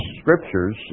scriptures